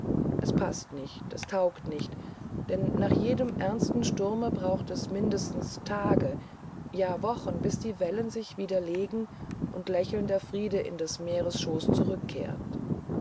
es paßt nicht es taugt nichts denn nach jedem ernsten sturme braucht es mindestens tage ja wochen bis die wellen sich wieder legen und lächelnder friede in des meeres schoos zurückkehrt